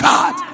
God